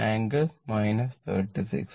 9 o